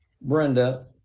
Brenda